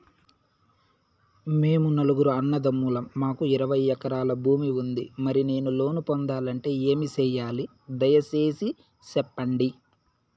మేము నలుగురు అన్నదమ్ములం మాకు ఇరవై ఎకరాల భూమి ఉంది, మరి నేను లోను పొందాలంటే ఏమి సెయ్యాలి? దయసేసి సెప్పండి?